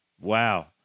Wow